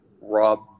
Rob